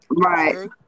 Right